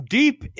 deep